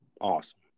Awesome